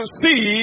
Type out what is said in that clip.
see